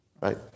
Right